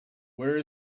where